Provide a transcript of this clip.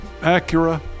Acura